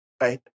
right